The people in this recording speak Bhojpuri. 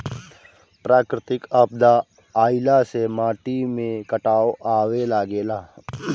प्राकृतिक आपदा आइला से माटी में कटाव आवे लागेला